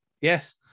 yes